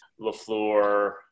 LaFleur